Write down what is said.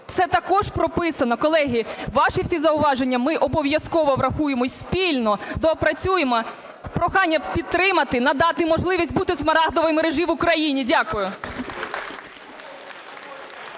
це також прописано. Колеги, ваші всі зауваження ми обов'язково врахуємо і спільно, доопрацюємо. Прохання підтримати, надати можливість бути Смарагдовій мережі в Україні. Дякую.